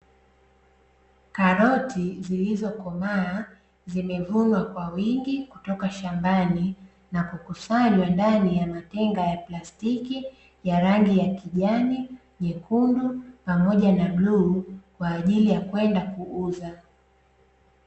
Karoti zilizokomaa zimevunwa kwa wingi kutoka shambani na kukusanywa ndani ya matenga ya plastiki ya rangi ya kijani, nyekundu, pamoja na bluu kwa ajili ya kwenda kuuza.